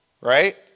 right